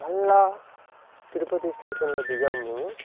మళ్ళా తిరుపతి స్టేషన్లో దిగాము